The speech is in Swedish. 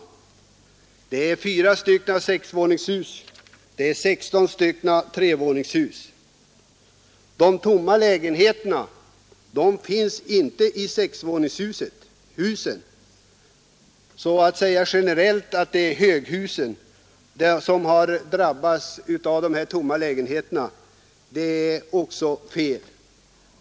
Området består av fyra stycken sexvåningshus och sexton stycken trevåningshus. De tomma lägenheterna finns inte i sexvåningshusen. Det är således o fel att generellt säga att det är höghusen som drabbas av tomma lägenheter.